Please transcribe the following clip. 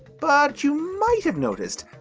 but you might have noticed,